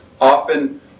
often